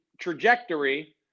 trajectory